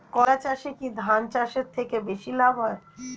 কলা চাষে কী ধান চাষের থেকে বেশী লাভ হয়?